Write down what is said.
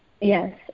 Yes